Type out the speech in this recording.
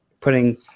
putting